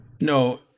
No